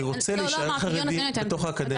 אני רוצה להשתלב כחרדי בתוך האקדמיה.